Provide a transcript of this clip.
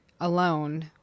alone